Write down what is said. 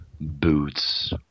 Boots